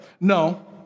No